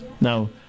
Now